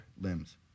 limbs